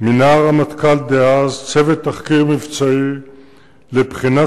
מינה הרמטכ"ל דאז צוות תחקיר מבצעי לבחינת